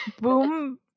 Boom